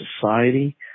society